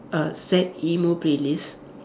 uh sad emo playlist